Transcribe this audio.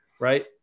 right